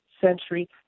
century